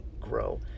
grow